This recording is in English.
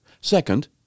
Second